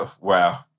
wow